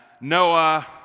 Noah